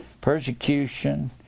persecution